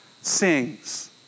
sings